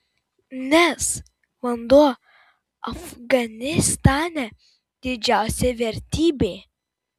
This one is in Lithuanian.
nes vanduo afganistane didžiausia vertybė